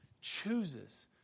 chooses